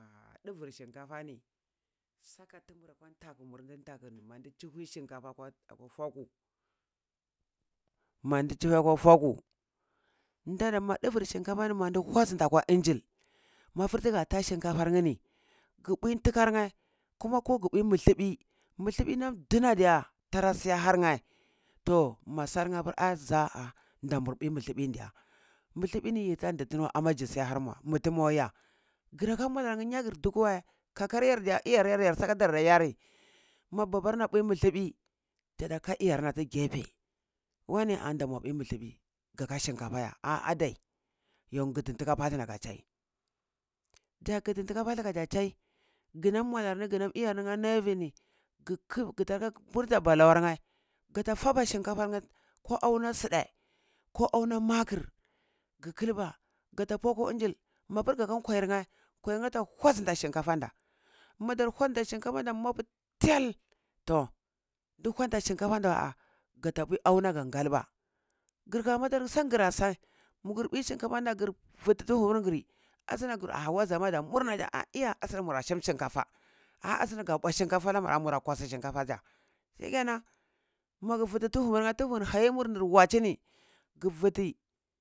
Ah duwur shinkafa ni, sa tumur kwan ntaku mur din ntaku ni mandi chuhue shinkafa akwa akwa faku mandi chuhue kwa faku dada mandiduvur shinkafani maudi kwazinla kwa inji mafur tiga tha shinkafa ngni gbui ntikar nye kuma ko gbui muthuɓui muthubui nam dina diya tara siya harnye to ma salnye pur ah zaah da mur bui mithubui diya, muthuɓui ni yitandi tiniwa amma zi siya har mua mutumo iya graka mualarnye nyagir dukuwei kakaryar diya sakardar yari mua babara bui mulluɓi, jada ka iyarna ta gete wane a da mu bui muthiɓi gaka shinkafa ya ah adai yo ngilhi ntika pathu ni ka chai ja nkiti ntika pathu ka za chai nginam mualar ni ginam iyarni na yivi ni, gi burta balornye gata faba shinkatarnye ko auna suɓai ko auna makir gi ƙuba gata pua kwa injil mapur gaka kwaya nye, kwayarnye ta kwazunta shinkafan da, madar kwazinta shinkafan da mapu tiyal, to di honda shinkafan daya ah gata bui auna gan galba girka madar san gira sai mugur bui shinkafan da gir vuttu tuhur giri asna ah waza ma dara murna ah iya asna nura sum shinkafa ah asna gira bua shinkafa la muri ah mura kusu shinkafa ja, shinkenan magir vuttu duhum, tuhum haiwur wachini gi viti